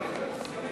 לשנת התקציב 2015,